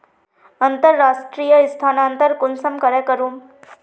अंतर्राष्टीय स्थानंतरण कुंसम करे करूम?